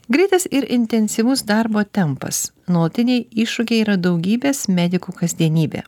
greitas ir intensyvus darbo tempas nuolatiniai iššūkiai yra daugybės medikų kasdienybė